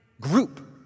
Group